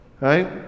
right